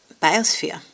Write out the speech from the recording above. biosphere